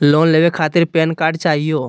Loan लेवे खातीर PAN card चाहियो?